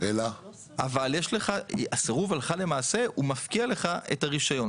אבל הלכה למעשה הסירוב מפקיע לך את הרישיון.